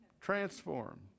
transform